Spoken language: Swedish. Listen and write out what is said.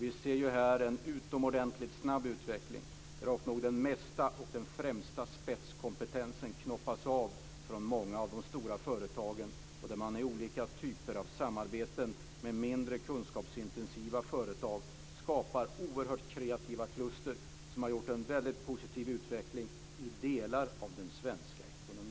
Vi ser ju här en utomordentligt snabb utveckling där ofta nog det mesta av den främsta spetskompetensen knoppas av från många av de stora företagen. I olika typer av samarbete med mindre, kunskapsintensiva företag skapar man oerhört kreativa kluster. Det har lett till en väldigt positiv utveckling i delar av den svenska ekonomin.